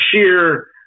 sheer